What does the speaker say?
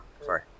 Sorry